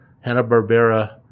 Hanna-Barbera